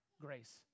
grace